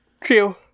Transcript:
True